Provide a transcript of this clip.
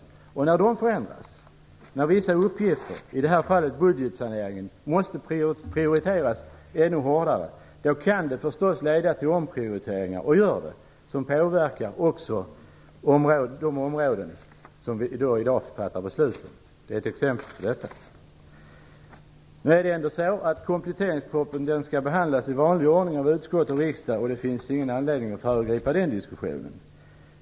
När förutsättningarna förändras och vissa uppgifter - i det här fallet budgetsaneringen - måste prioriteras ännu hårdare leder det naturligtvis till omprioriteringar, som också påverkar de områden som vi nu skall fatta beslut om. Kompletteringspropositionen skall nu behandlas i vanlig ordning av utskott och riksdag, och det finns ingen anledning att föregripa behandlingen.